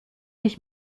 ich